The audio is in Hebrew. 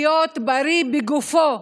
להיות בריא בגופו,